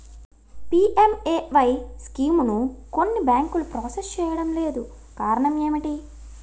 PMAY స్కీమును కొన్ని బ్యాంకులు ప్రాసెస్ చేయడం లేదు కారణం ఏమిటి?